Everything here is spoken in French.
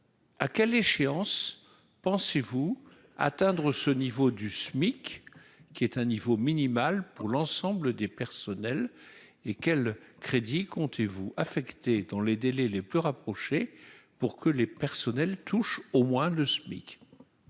à quelle échéance pensez-vous atteindre ce niveau du SMIC qui est un niveau minimal pour l'ensemble des personnels et quel crédit comptez-vous affecté dans les délais les plus rapprochées pour que les personnels touchent au moins le SMIC.